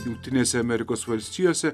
jungtinėse amerikos valstijose